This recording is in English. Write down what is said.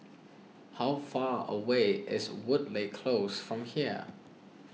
how far away is Woodleigh Close from here